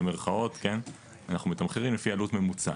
במרכאות אנחנו מתמחרים לפי עלות ממוצעת.